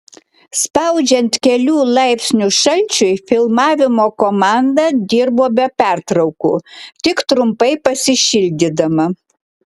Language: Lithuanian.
spaudžiant kelių laipsnių šalčiui filmavimo komanda dirbo be pertraukų tik trumpai pasišildydama